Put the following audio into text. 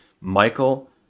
Michael